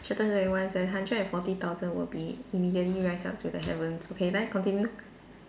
chapter twenty one say hundred and forty thousand will be immediately rise up to the heavens okay then continue